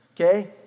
Okay